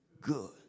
good